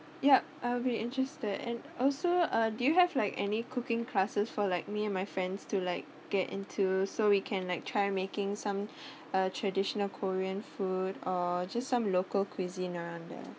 yup I will be interested and also uh do you have like any cooking classes for like me and my friends to like get into so we can like try making some uh traditional korean food or just some local cuisine around there